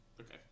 Okay